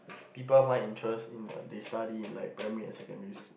people find interest in what they study in like primary and secondary